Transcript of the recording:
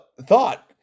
thought